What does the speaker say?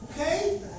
okay